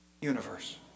universe